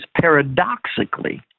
paradoxically